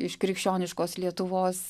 iš krikščioniškos lietuvos